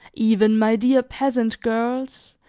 even my dear peasant girls,